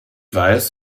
weiß